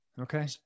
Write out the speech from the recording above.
Okay